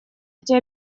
эти